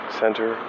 center